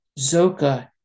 Zoka